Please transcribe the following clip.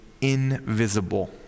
invisible